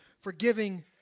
Forgiving